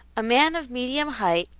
a man of medium height,